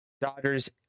Dodgers